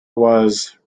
was